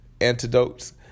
antidotes